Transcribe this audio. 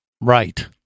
Right